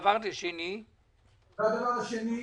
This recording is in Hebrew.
שנית,